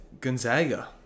Gonzaga